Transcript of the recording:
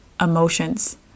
emotions